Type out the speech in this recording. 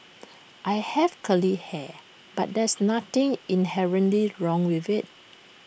I have curly hair but there's nothing inherently wrong with IT